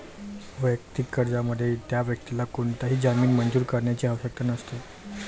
वैयक्तिक कर्जामध्ये, त्या व्यक्तीला कोणताही जामीन मंजूर करण्याची आवश्यकता नसते